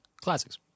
Classics